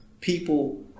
people